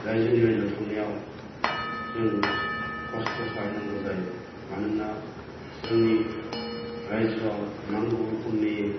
राज्योनि बायजोआव थांनायाव जों खस्थ' सहायनांगौ जायो मानोना जोंनि रायजोआव नांगौ रोखोमनि